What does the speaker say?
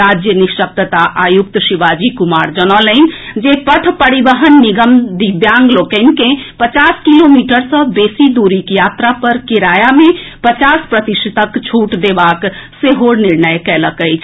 राज्य निःशक्तता आयुक्त शिवाजी कुमार जनौलनि जे पथ परिवहन निगम दिव्यांग लोकनि के पचास किलोमीटर सँ बेसी दूरीक यात्रा पर किराया मे पचास प्रतिशतक छूट देबाक सेहो निर्णय कएलक अछि